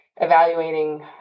evaluating